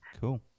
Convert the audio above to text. Cool